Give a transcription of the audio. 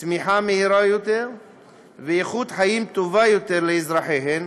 צמיחה מהירה יותר ואיכות חיים טובה יותר לאזרחיהן